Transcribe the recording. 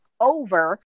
over